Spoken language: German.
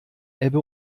ebbe